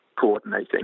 coordinating